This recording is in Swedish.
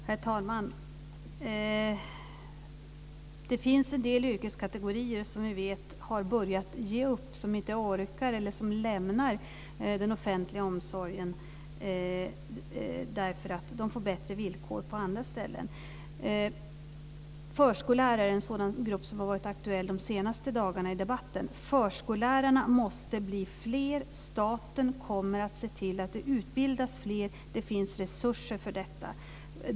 Herr talman! Det finns en del yrkeskategorier som vi vet har börjat ge upp, som inte orkar eller som lämnar den offentliga omsorgen därför att de får bättre villkor på andra ställen. Förskollärarna är en grupp som har varit aktuell de senaste dagarna i debatten. Förskollärarna måste bli fler. Staten kommer att se till att det utbildas fler. Det finns resurser för detta.